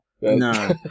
No